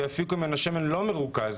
ויפיקו ממנה שמן לא מרוכז,